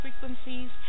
frequencies